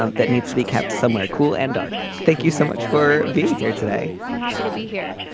um that needs to be kept somewhere cool and dark. thank you so much for being here today. i'm happy to be here.